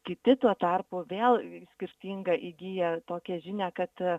kiti tuo tarpu vėl skirtingą įgyja tokią žinią kad